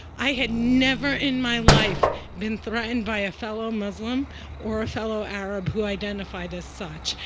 i had never in my life been threatened by a fellow muslim or a fellow arab who identified as such.